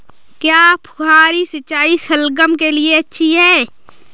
क्या फुहारी सिंचाई शलगम के लिए अच्छी होती है?